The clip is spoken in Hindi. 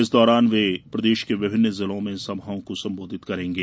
इस दौरान वे प्रदेश के विभिन्न जिलों में सभाओं को संबोधित करेंगे